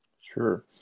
Sure